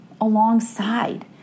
alongside